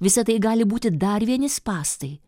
visa tai gali būti dar vieni spąstai